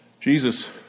Jesus